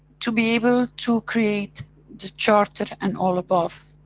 to be able to create the charter and all above.